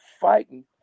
fighting